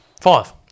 Five